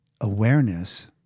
awareness